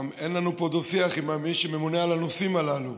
גם אין לנו פה דו-שיח עם מי שממונה על הנושאים הללו,